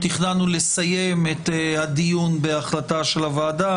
תכננו לסיים את הדיון בהחלטה של הוועדה,